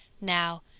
Now